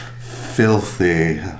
filthy